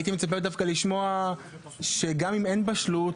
הייתי מצפה דווקא לשמוע שגם אם אין בשלות,